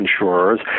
insurers